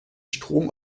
strom